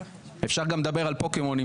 אפשר גם לדבר על פוקימון.